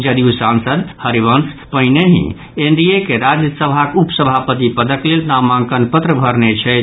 जदयू सांसद हरिवंश पहिनहि एनडीएक राज्य सभाक उप सभापति पदक लेल नामांकन पत्र भरने छथि